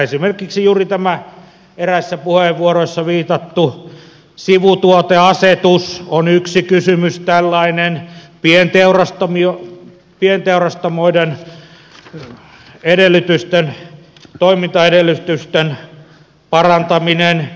esimerkiksi juuri tämä eräissä puheenvuoroissa viitattu sivutuoteasetus on yksi tällainen kysymys pienteurastamoiden toimintaedellytysten parantaminen